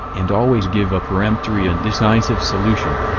and always give a peremptory and decisive solution.